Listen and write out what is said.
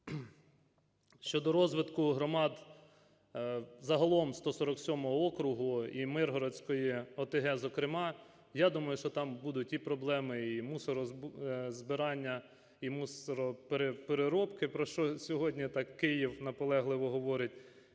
Щодо розвитку громад загалом 147 округу і Миргородської ОТГ, зокрема. Я думаю, що там будуть і проблеми мусорозбирання, і мусоропереробки, про що сьогодні так Київ наполегливо говорить,